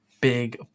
Big